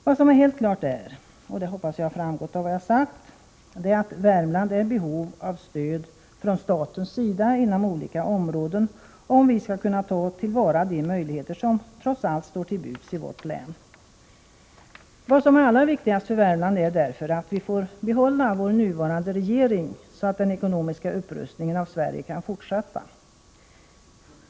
Vad som är helt klart är — och det hoppas jag framgått av vad jag sagt — att Värmland är i behov av stöd från statens sida inom olika områden, om vi ska kunna ta till vara de möjligheter som trots allt står till buds i vårt län. Vad som är allra viktigast för Värmland är därför att vi får behålla vår nuvarande regering, så att den ekonomiska upprustningen av Sverige kan fortsätta.